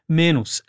menos